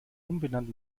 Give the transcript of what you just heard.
umbenannt